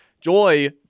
Joy